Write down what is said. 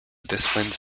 disciplines